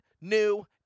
new